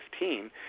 2015